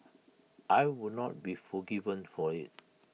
I would not be forgiven for IT